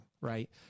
right